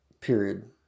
Period